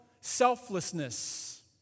selflessness